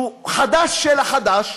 שהוא חדש של החדש,